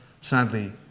Sadly